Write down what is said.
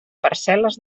parcel·les